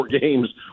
games